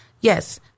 yes